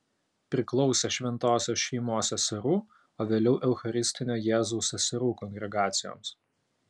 priklausė šventosios šeimos seserų o vėliau eucharistinio jėzaus seserų kongregacijoms